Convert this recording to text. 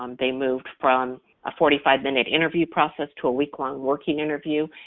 um they moved from a forty five minute interview process to a week-long working interview,